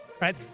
right